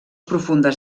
profundes